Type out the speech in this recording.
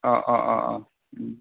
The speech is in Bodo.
अह अह अह अह